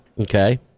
Okay